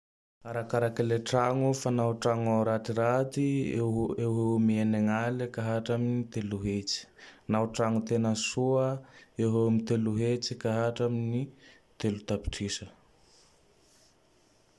Arakarak le tragno fa nao tragno ratiraty eo eo am enignale ka hatra am telo hetsy. Fa nao tragno tena soa, eo ho eo Telo hetsy ka hatra amin'ny Telo tapitrisa.